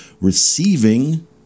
receiving